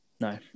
No